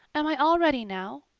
am i all ready now?